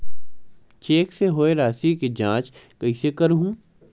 Cheque से होए राशि के जांच कइसे करहु?